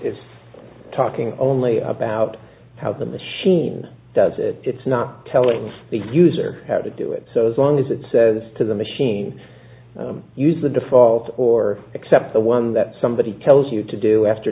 is talking only about how the machine does it it's not telling the user how to do it as long as it says to the machine use the default or accept the one that somebody tells you to do after